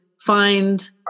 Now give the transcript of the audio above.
find